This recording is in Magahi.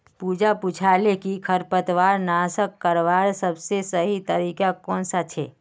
पूजा पूछाले कि खरपतवारक नाश करवार सबसे सही तरीका कौन सा छे